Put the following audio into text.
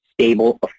stable